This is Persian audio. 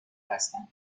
بستند